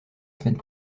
semaine